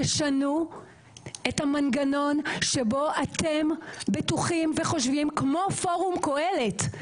תשנו את המנגנון שבו אתם בטוחים וחושבים כמו פורום קהלת,